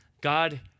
God